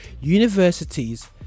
universities